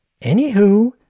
Anywho